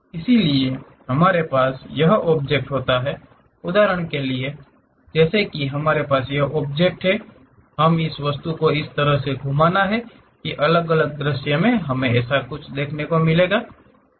इसलिए हमारे पास हमेशा यह ऑब्जेक्ट होता है उदाहरण के लिए जैसे कि हमारे पास यह ऑब्जेक्ट है हमें इस वस्तु को इस तरह से घुमाना है कि अलग अलग दृश्य हमें ऐसा कुछ देखने को मिलेंगे